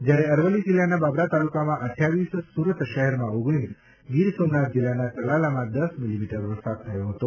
જ્યારે અરવલ્લી જિલ્લાના બાબરા તાલુકામાં અઠ્યાવીસ સરત શહેરમાં ઓગ઼લીસ ગીરસોમનાથ જિલ્લાના તલાલામાં દસ મીલીમીટર વરસાદ થયો હતો